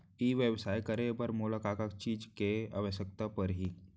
ई व्यवसाय करे बर मोला का का चीज के आवश्यकता परही?